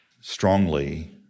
strongly